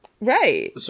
Right